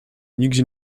nigdzie